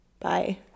Bye